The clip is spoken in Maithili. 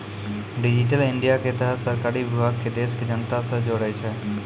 डिजिटल इंडिया के तहत सरकारी विभाग के देश के जनता से जोड़ै छै